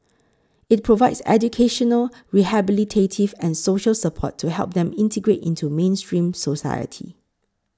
it provides educational rehabilitative and social support to help them integrate into mainstream society